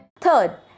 Third